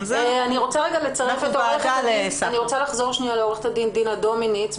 אני רוצה לחזור לעורכת הדין דינה דומיניץ,